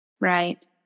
Right